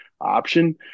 option